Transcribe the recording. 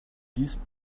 these